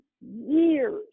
years